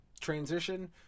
transition